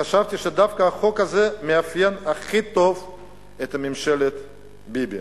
חשבתי שדווקא החוק הזה מאפיין הכי טוב את ממשלת ביבי,